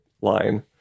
line